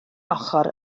ochr